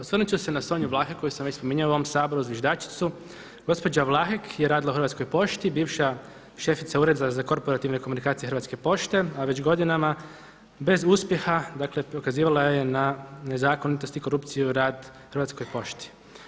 Osvrnut ću se na Sonju Vlahek koju sam već spominjao u ovom Saboru zviždačicu, gospođa Vlahek je radila u Hrvatskoj pošti bivša šefica Ureda za korporativne komunikacije Hrvatske pošte, a već godinama bez uspjeha dakle pokazivala je na nezakonitost i korupciju rad Hrvatskoj pošti.